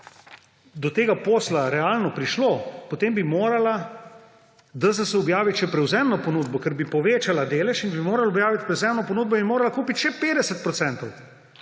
do tega posla realno prišlo, potem bi morala DZS objaviti še prevzemno ponudbo, ker bi povečala delež in bi morala objaviti prevzemno ponudbo in bi morala kupiti še 50